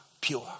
pure